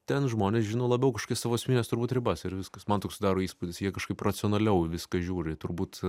ten žmonės žino labiau kažkokias savo asmenines turbūt ribas ir viskas man toks susidaro įspūdis jie kažkaip racionaliau į viską žiūri turbūt